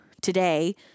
today